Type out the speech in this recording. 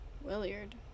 Williard